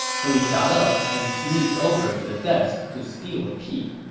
so he got up and sneaked over to the desk to steal a peek.